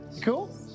cool